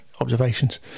observations